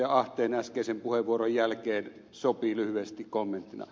ahteen äskeisen puheenvuoron jälkeen sopii lyhyesti kommenttina